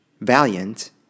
Valiant